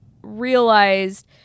realized